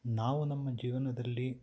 ನಾವು ನಮ್ಮ ಜೀವನದಲ್ಲಿ